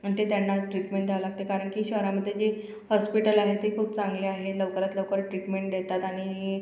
आणि ते त्यांना ट्रीटमेंट द्यावं लागतं कारण की शहरामध्ये जे हॉस्पिटल आहे ते खूप चांगलं आहे लवकरात लवकर ट्रीटमेंट देतात आणि